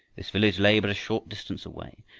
this village lay but a short distance away,